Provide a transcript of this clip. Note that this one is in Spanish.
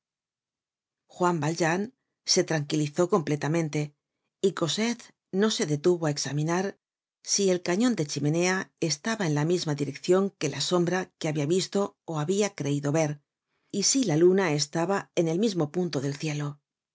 juan valjean se tranquilizó completamente y cosette no se detuvo á examinar si el cañon de chimenea estaba en la misma direccion que la sombra que habia visto ó habia creido ver y si la luna estaba en el mismo punto del cielo